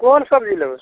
कोन सब्जी लेबै